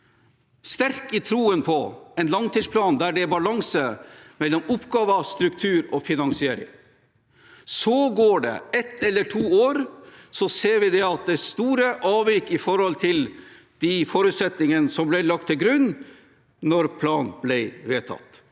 og andre saker 2023 plan der det er balanse mellom oppgaver, struktur og finansiering. Så går det ett eller to år, og så ser vi at det er store avvik i forhold til de forutsetningene som ble lagt til grunn da planen ble vedtatt,